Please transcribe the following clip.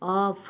off